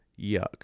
Yuck